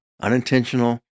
unintentional